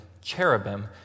cherubim